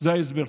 זה ההסבר.